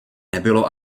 nebylo